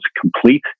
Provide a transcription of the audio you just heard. complete